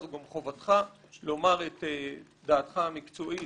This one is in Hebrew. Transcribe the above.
זו גם חובתך לומר את דעתך המקצועית,